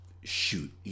shoot